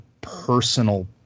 personal